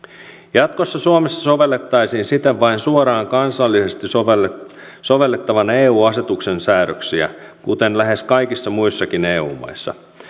jatkossa suomessa sovellettaisiin siten vain suoraan kansallisesti sovellettavan sovellettavan eu asetuksen säädöksiä kuten lähes kaikissa muissakin eu maissa